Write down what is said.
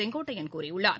செங்கோட்டையன் கூறியுள்ளார்